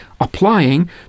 applying